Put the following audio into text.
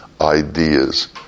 ideas